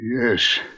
Yes